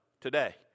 today